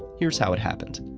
here's how it happened.